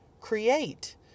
Create